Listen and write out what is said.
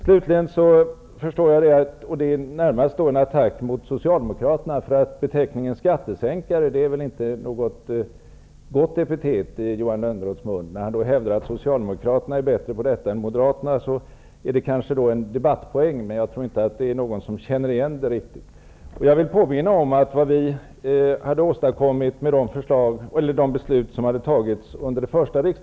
Slutligen, när Johan Lönnroth hävdar att Socialdemokraterna är bättre på att sänka skatterna än Moderaterna måste det närmast betraktas som en attack på Socialdemokraterna, därför att beteckningen skattesänkare väl inte är ett gott epitet i hans mun. Det ger kanske en debattpoäng, men jag tror inte att någon riktigt känner igen beskrivningen. Jag vill påminna om vad vi har åstadkommit genom de beslut som fattades under det första året.